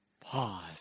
Pause